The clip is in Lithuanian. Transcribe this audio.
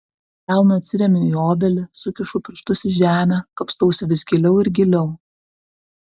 delnu atsiremiu į obelį sukišu pirštus į žemę kapstausi vis giliau ir giliau